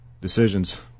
decisions